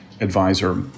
advisor